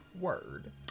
Word